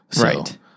Right